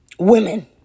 women